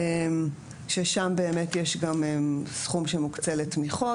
ששם באמת יש גם סכום שמוקצה לתמיכות